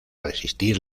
resistir